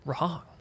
wrong